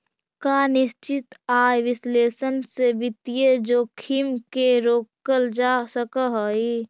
का निश्चित आय विश्लेषण से वित्तीय जोखिम के रोकल जा सकऽ हइ?